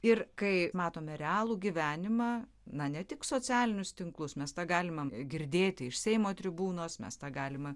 ir kai matome realų gyvenimą na ne tik socialinius tinklus mes tą galime girdėti iš seimo tribūnos mes tą galime